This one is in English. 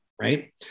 right